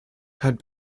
had